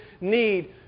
need